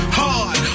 hard